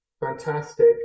fantastic